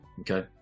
okay